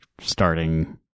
starting